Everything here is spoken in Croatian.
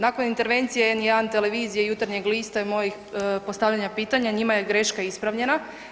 Nakon intervencije N1 televizije i Jutarnjeg lista i mojih postavljanja pitanja njima je greška ispravljena.